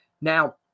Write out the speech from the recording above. Now